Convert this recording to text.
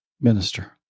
minister